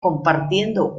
compartiendo